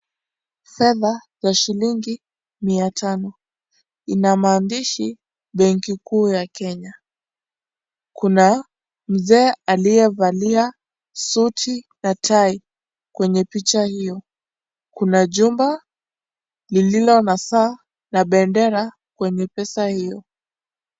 Fedha ya shilingi mia tano, ina maandishi benki kuu ya Kenya, kuna mzee aliyevalia suti na tai kwenye picha hio, kuna jumba lililo na saa na bendera kwenye pesa hiyo.